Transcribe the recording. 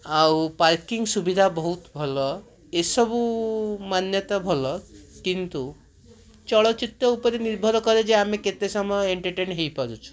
ଆଉ ପାର୍କିଙ୍ଗ୍ ସୁବିଧା ବହୁତ ଭଲ ଏସବୁ ମାନ୍ୟତା ଭଲ କିନ୍ତୁ ଚଳଚ୍ଚିତ୍ର ଉପରେ ନିର୍ଭରକରେ ଯେ ଆମେ କେତେସମୟ ଏଣ୍ଟରଟେନ୍ ହେଇପାରୁଛୁ